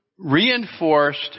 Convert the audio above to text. Reinforced